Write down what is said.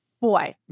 Boy